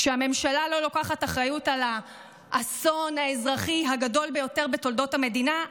כשהממשלה לא לוקחת אחריות על האסון האזרחי הגדול ביותר בתולדות המדינה,